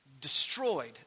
destroyed